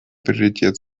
приоритет